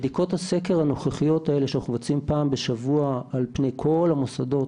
בדיקות הסקר הנוכחיות האלה שאנחנו מבצעים פעם בשבוע על פני כל המוסדות